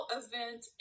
event